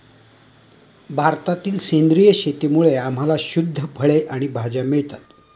भारतातील सेंद्रिय शेतीमुळे आम्हाला शुद्ध फळे आणि भाज्या मिळतात